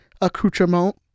accoutrement